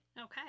okay